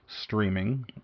streaming